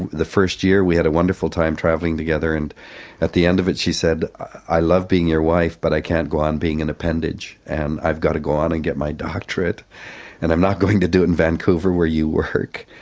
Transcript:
the first year we had a wonderful time travelling together and at the end of it she said, i love being your wife but i can't go on being an appendage, and i've got to go on and get my doctorate and i'm not going to do it in vancouver where you work.